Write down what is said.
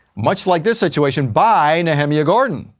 much like this situation, by nehemia gordon.